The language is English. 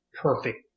perfect